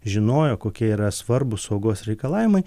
žinojo kokie yra svarbūs saugos reikalavimai